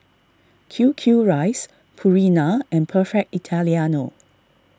Q Q Rice Purina and Perfect Italiano